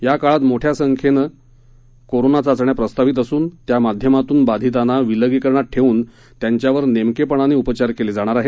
या काळात मोठ्या संख्येत कोरोना चाचण्या प्रस्तावित असून त्यामाध्यमातून बाधितांना विलगीकरणात ठेवून त्यांच्यावर नेमकेपणाने उपचार केले जाणार आहेत